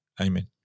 Amen